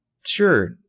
Sure